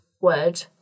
word